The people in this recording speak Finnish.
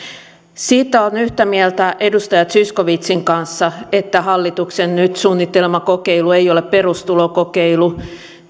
siitä olen yhtä mieltä edustaja zyskowiczin kanssa että hallituksen nyt suunnittelema kokeilu ei ole perustulokokeilu